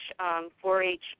4-H